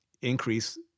increase